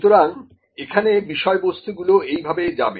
সুতরাং এখানে বিষয়বস্তু গুলি এইভাবে যাবে